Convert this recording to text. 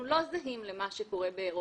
שבהם אנחנו לא זהים למה שקורה באירופה.